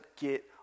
get